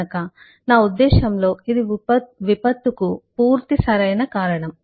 కనుక నా ఉద్దేశ్యంలో ఇది విపత్తుకు పూర్తి సరైన కారణం